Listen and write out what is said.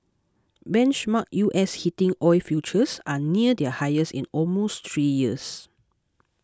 benchmark U S heating oil futures are near their highest in almost three years